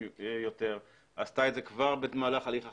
יותר עשתה את זה כבר במהלך תהליך החקיקה,